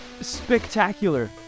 spectacular